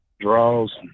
draws